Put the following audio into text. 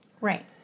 Right